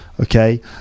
okay